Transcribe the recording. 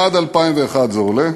עד 2001 זה עולה,